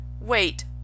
wait